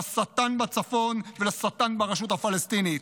לשטן בצפון ולשטן ברשות הפלסטינית.